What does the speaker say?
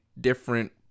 different